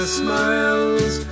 smiles